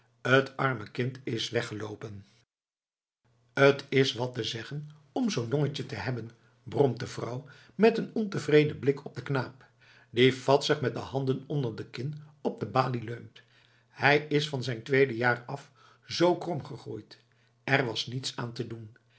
t arme kind is weggeloopen t is wat te zeggen om zoo'n zoontje te hebben bromt de vrouw met een ontevreden blik op den knaap die vadsig met de handen onder de kin op de balie leunt hij is van zijn tweede jaar af zoo krom gegroeid er was niets aan te doen